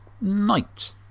night